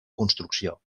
construcció